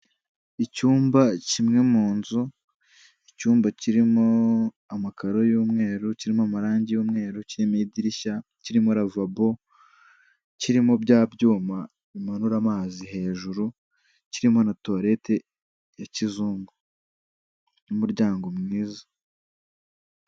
Icyumba kimwe mu nzu, icyumba kirimo amakaro y'umweru, kirimo amarangi y'umweru, kirimo idirishya, kirimo ravabo, kirimo bya byuma bimanura amazi hejuru, kirimo na tuwarete ya kizungu n'umuryango mwiza.